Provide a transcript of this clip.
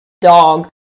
dog